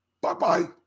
Bye-bye